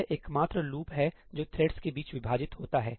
यह एकमात्र लूप है जो थ्रेड्स के बीच विभाजित होता है